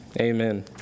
Amen